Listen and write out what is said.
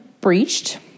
breached